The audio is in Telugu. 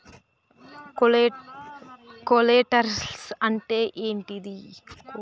కొలేటరల్స్ అంటే ఏంటిది?